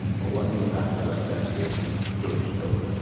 but what neil gott does best is he grows dope,